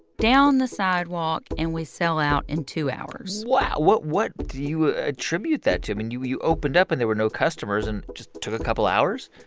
down the sidewalk. and we sell out in two hours wow. what what do you ah attribute that to? i mean, you you opened up, and there were no customers. and it just took a couple hours?